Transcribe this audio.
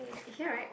here right